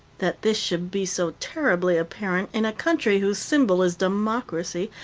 that this should be so terribly apparent in a country whose symbol is democracy,